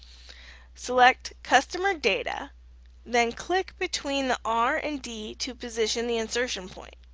select customerdata, then click between the r and d to position the insertion point.